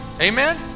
Amen